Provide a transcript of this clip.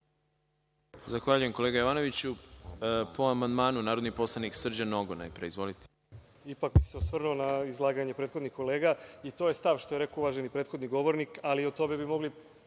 Zahvaljujem, kolega Jovanoviću. Po amandmanu, narodni poslanik Srđan Nogo. Izvolite. **Srđan Nogo** Ipak bih se osvrnuo na izlaganje prethodnih kolega i to je stav, što je rekao uvaženi prethodni govornik, ali oko toga bi mogli